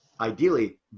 ideally